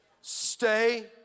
Stay